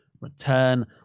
return